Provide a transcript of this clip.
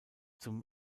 zum